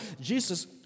Jesus